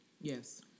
Yes